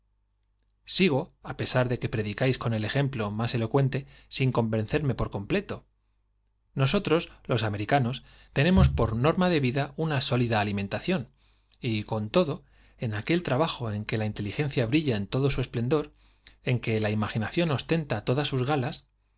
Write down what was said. sigo á pesar de que predicáis con el ejemplo más elocuente sin convencerme por completo nos otros los americanos tenemos por norma de vida una sólida alimentación y con todo en aquel trabajo en que la inteligencia brilla en todo su esplendor en que la imaginación ostenta todas sus galas